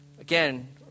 Again